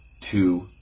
two